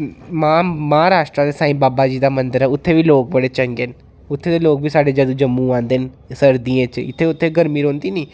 महा महाराश्ट्रा बिच्च साईं बाबा जी दा मंदर ऐ उत्थे बी लोक बड़े चंगे न उत्थे दे लोक बी साढ़े जंदूं जम्मू आंदे न सर्दियें च इत्थे उत्थे गर्मी रौंह्दी नी